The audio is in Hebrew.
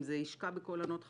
אם זה ישקע בקול ענות חלושה,